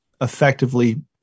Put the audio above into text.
effectively